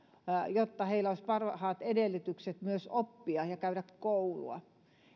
jotta heillä olisi parhaat edellytykset myös oppia ja käydä koulua